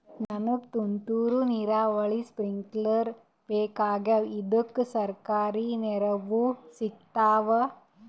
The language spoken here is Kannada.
ನನಗ ತುಂತೂರು ನೀರಾವರಿಗೆ ಸ್ಪಿಂಕ್ಲರ ಬೇಕಾಗ್ಯಾವ ಇದುಕ ಸರ್ಕಾರಿ ನೆರವು ಸಿಗತ್ತಾವ?